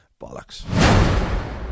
Bollocks